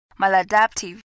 maladaptive